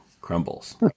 crumbles